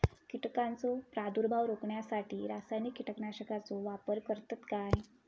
कीटकांचो प्रादुर्भाव रोखण्यासाठी रासायनिक कीटकनाशकाचो वापर करतत काय?